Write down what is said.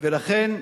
ולכן,